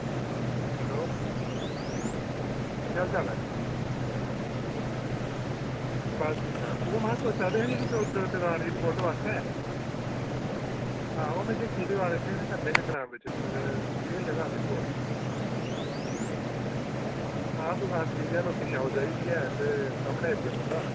hello केह् हाल चाल ऐ बस ठीक ठाक तुस महां जेह्ड़ी सोचा दे हे नी दुकान जेह्ड़ी खोहलने बास्तै आं ओह् में दिक्खी दुकान कन्नै गै ग्रांऽ बिच इत्थें एह् ठीक ऐ जगह इत्थें कॉलोनी आं दुकान ठीक ऐ लोकें दी आओ जाई बी ऐ ते एरिया सामनै पौंदा